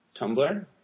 Tumblr